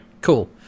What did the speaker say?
cool